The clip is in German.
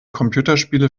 computerspiele